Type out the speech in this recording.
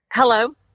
Hello